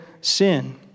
sin